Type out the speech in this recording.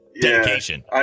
Dedication